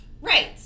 Right